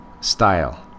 style